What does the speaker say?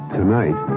Tonight